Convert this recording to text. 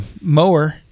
mower